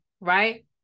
right